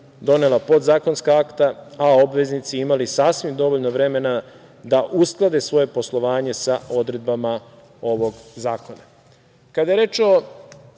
donela podzakonska akta a obveznici imali sasvim dovoljno vremena da usklade svoje poslovanje sa odredbama ovog zakona. Kada